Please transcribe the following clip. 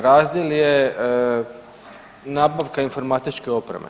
Razdjel je nabavka informatičke opreme.